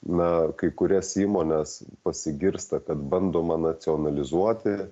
na kai kurias įmones pasigirsta kad bandoma nacionalizuoti